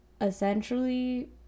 Essentially